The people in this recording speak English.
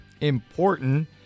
Important